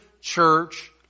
church